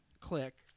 click